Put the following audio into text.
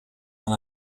dans